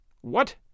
What